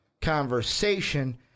conversation